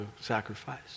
sacrifice